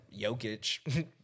Jokic